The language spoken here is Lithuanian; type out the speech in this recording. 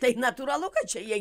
tai natūralu kad čia jie